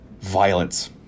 violence